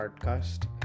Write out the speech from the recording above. Podcast